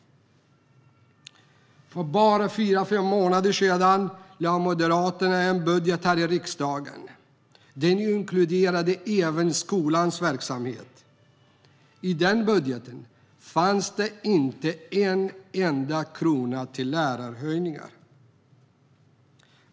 För bara fyra fem månader sedan lade Moderaterna fram en budget här i riksdagen. Den inkluderade även skolans verksamhet. I den budgeten fanns det inte en enda krona till höjda lärarlöner.